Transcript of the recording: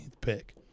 pick